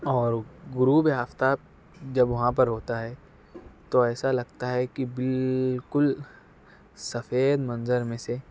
اور غروبِ آفتاب جب وہاں پر ہوتا ہے تو ایسا لگتا ہے کہ بالکل سفید منظر میں سے